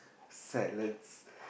salads